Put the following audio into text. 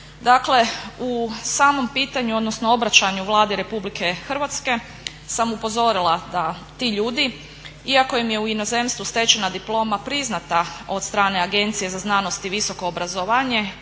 Dakle, u samom pitanju odnosno obraćanju Vladi RH sam upozorila da ti ljudi iako im je u inozemstvu stečena diploma priznata od strane Agencije za znanost i visoko obrazovanje